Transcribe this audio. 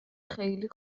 خیلی